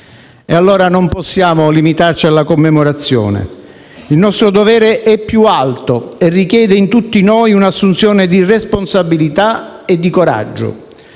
allora limitarci alla commemorazione: il nostro dovere è più alto e richiede a tutti noi un'assunzione di responsabilità e di coraggio.